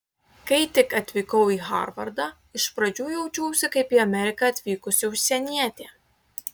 kai tik atvykau į harvardą iš pradžių jaučiausi kaip į ameriką atvykusi užsienietė